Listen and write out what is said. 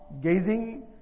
gazing